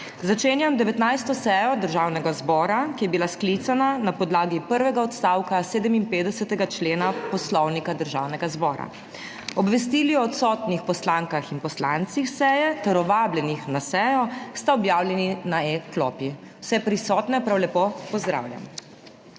Začenjam 19. sejo Državnega zbora, ki je bila sklicana na podlagi prvega odstavka 57. člena Poslovnika Državnega zbora. Obvestili o odsotnih poslankah in poslancih seje ter o vabljenih na sejo sta objavljeni na e-klopi. Vse prisotne prav lepo pozdravljam!